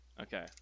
Okay